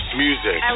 music